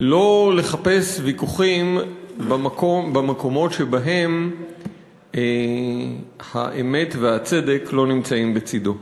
שלא לחפש ויכוחים במקומות שבהם האמת והצדק לא נמצאים לצדו.